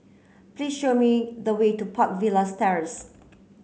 please show me the way to Park Villas Terrace